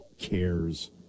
cares